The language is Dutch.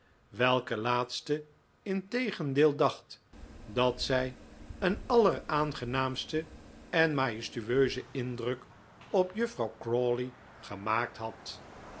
welke laatste integendeel dacht dat zij een alleraangenaamsten en majestueuzen indruk op juffrouw crawley gemaakt had